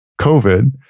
COVID